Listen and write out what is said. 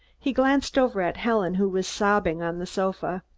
he glanced over at helen, who was sobbing on the sofa.